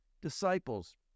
disciples